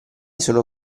sono